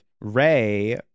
Ray